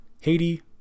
Haiti